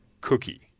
cookie